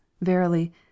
verily